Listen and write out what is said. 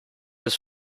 his